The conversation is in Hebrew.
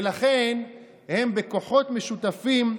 ולכן בכוחות משותפים,